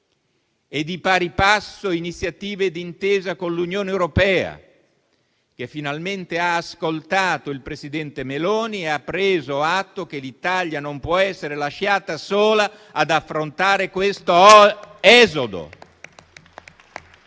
verranno prese iniziative d'intesa con l'Unione europea, che finalmente ha ascoltato il presidente Meloni e ha preso atto che l'Italia non può essere lasciata sola ad affrontare questo esodo,